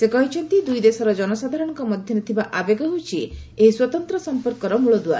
ସେ କହିଛନ୍ତି ଦୁଇ ଦେଶର ଜନସାଧାରଣଙ୍କ ମଧ୍ୟରେ ଥିବା ଆବେଗ ହେଉଛି ଏହି ସ୍ୱତନ୍ତ୍ର ସମ୍ପର୍କର ମୂଳଦୁଆ